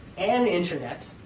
an internet